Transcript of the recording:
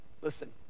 Listen